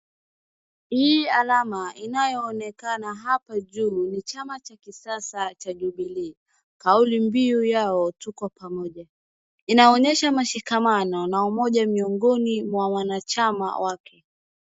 Hii alama inayooneka hapa juu ni chama cha kisasa cha Jubilee, kauli mbiu yao, Tuko Pamoja. Inaonyesha mashikamano na umoja miongoni mwa wanachama wake.